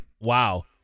Wow